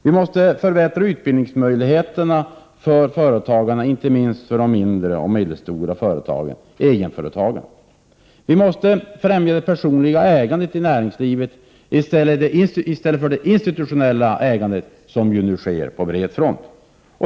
Vi måste förbättra utbildningsmöjligheterna för företagarna, inte minst företagarna i de mindre och medelstora företagen, egenföretagarna. Vi måste främja det personliga ägandet i näringslivet i stället för det institutionella ägandet, vilket nu sker på bred front.